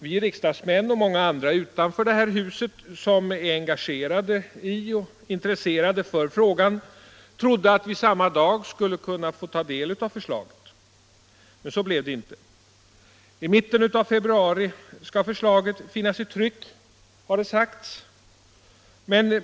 De riksdagsmän och många andra utanför detta hus som är engagerade i och intresserade av frågan trodde att vi samma dag skulle få ta del av förslaget. Men så blev det inte. I mitten av februari skall förslaget finnas i tryck har det sagts.